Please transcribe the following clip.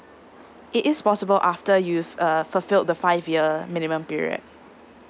it is possible after you've uh fulfilled the five year minimum period